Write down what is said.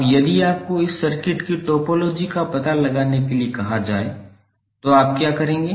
अब यदि आपको इस सर्किट की टोपोलॉजी का पता लगाने के लिए कहा जाए तो आप क्या करेंगे